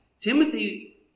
Timothy